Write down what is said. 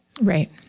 Right